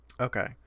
Okay